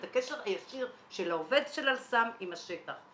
את הקשר הישיר של העובד של "אל סם" עם השטח,